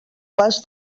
pas